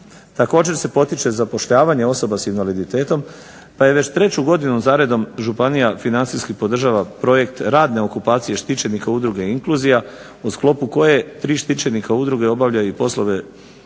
Također se potiče zapošljavanje osoba s invaliditetom pa već treću godinu zaredom županija financijski podržava projekt radne okupacije štićenika udruge Inkluzija u sklopu koje tri štićenika udruge obavljaju i poslove